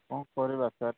କ'ଣ କରିବା ସାର୍